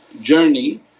journey